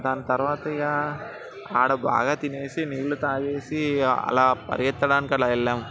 దాని తర్వాత ఇక ఆడ బాగా తినేసి నీళ్ళు తాగేసి ఇక అలా పరిగెత్తడానికి అలా వెళ్ళాం